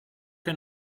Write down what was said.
che